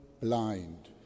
blind